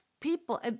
people